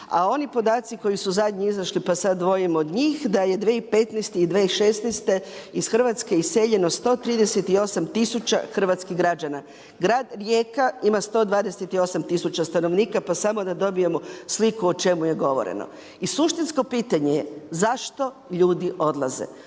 a oni podaci koji su zadnji izašli pa sad dvojim od njih da je 2015. i 2016. iz Hrvatske iseljeno 138 tisuća hrvatskih građana. Grad Rijeka ima 128 tisuća stanovnika pa samo da dobijemo sliku o čemu je govoreno. I suštinsko pitanje je zašto ljudi odlaze?